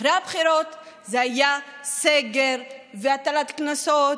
אחרי הבחירות זה היה סגר, הטלת קנסות,